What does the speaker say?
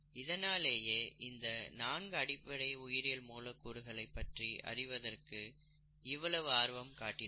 இதனாலேயே இந்த நான்கு அடிப்படை உயிரியல் மூலக்கூறுகள் பற்றி அறிவதற்கு இவ்வளவு ஆர்வம் காட்டினோம்